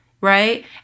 Right